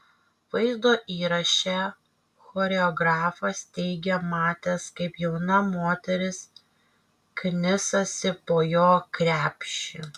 vaizdo įraše choreografas teigė matęs kaip jauna moteris knisasi po jo krepšį